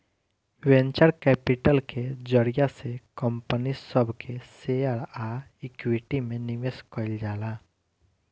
venture capital के जरिया से कंपनी सब के शेयर आ इक्विटी में निवेश कईल जाला